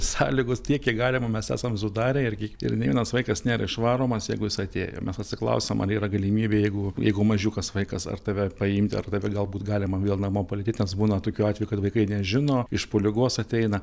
sąlygos tiek kiek galima mes esam sudarę irgi ir nė vienas vaikas nėra išvaromas jeigu jis atėjo ir mes atsiklausiam ar yra galimybė jeigu jeigu mažiukas vaikas ar tave paimti ar tave galbūt galima vėl namo palydėti nes būna tokių atvejų kad vaikai nežino iš po ligos ateina